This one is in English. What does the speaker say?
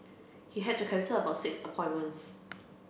he had to cancel about six appointments